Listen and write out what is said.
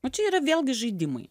nu čia yra vėlgi žaidimai